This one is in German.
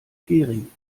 gehring